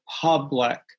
public